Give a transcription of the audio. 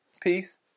peace